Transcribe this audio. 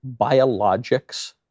biologics